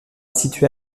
situé